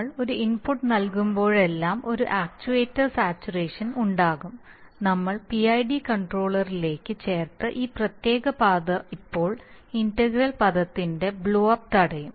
നമ്മൾ ഒരു ഇൻപുട്ട് നൽകുമ്പോഴെല്ലാം ഒരു ആക്ച്യുവേറ്റർ സാച്ചുറേഷൻ ഉണ്ടാക്കും നമ്മൾ PID കൺട്രോളറിലേക്ക് ചേർത്ത ഈ പ്രത്യേക പാത ഇപ്പോൾ ഇന്റഗ്രൽ പദത്തിൻറെ ബ്ലോ അപ് തടയും